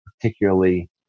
particularly